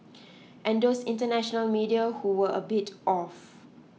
and those international media who were a bit off